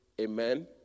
amen